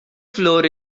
floor